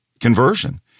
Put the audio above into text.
conversion